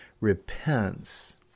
repents